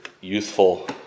youthful